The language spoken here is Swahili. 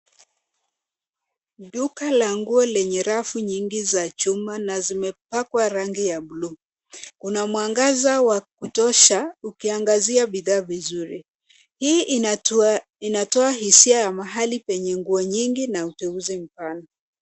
Duka la nguo lenye rafu nyingi za chuma na zimepakwa rangi ya buluu. Kuna mwangaza wa kutosha ukiangazia bidhaa vizuri .Hii inatoa hisia ya mahali penye nguo nyingi na uchaguzi mpana.